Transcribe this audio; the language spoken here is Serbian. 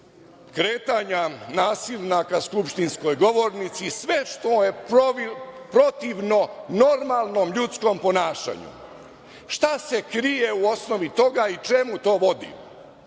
kretanja nasilna ka skupštinskoj govornici, sve što je protivno normalnom ljudskom ponašanju.12/3 TĐ/LjLŠta se krije u osnovi toga i čemu to vodi?